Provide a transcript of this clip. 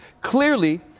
Clearly